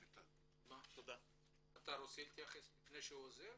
אתה רוצה להתייחס לפני שהוא עוזב?